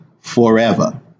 forever